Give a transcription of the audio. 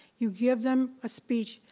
you give them a speech,